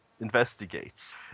investigates